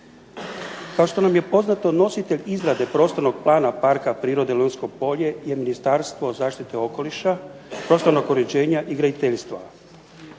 Kao što nam je poznato nositelj izrade Prostornog plana Parka prirode Lonjsko polje je Ministarstvo zaštite okoliša, prostornog uređenja i graditeljstva.